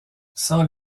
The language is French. sans